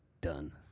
done